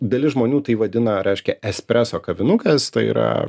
dalis žmonių tai vadina reiškia espreso kavinukas tai yra